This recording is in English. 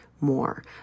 more